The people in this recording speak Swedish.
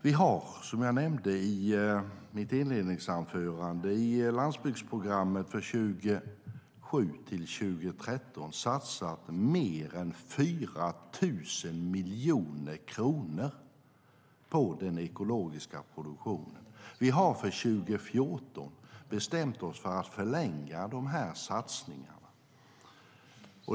Vi har som jag nämnde i mitt inledningsanförande i landsbygdsprogrammet för 2007-2013 satsat mer än 4 000 miljoner kronor på den ekologiska produktionen. Vi har för 2014 bestämt oss för att förlänga satsningarna.